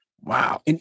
Wow